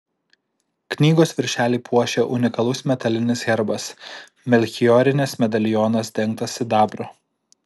knygos viršelį puošia unikalus metalinis herbas melchiorinis medalionas dengtas sidabru